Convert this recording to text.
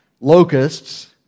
locusts